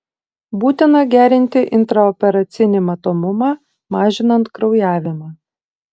būtina gerinti intraoperacinį matomumą mažinant kraujavimą